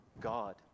God